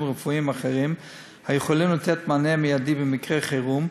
רפואיים אחרים היכולים לתת מענה מיידי במקרי חירום,